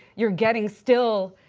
you are getting still